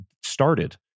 started